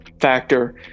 factor